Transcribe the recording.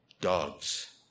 dogs